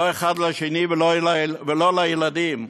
לא אחד לשני ולא לילדים.